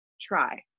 try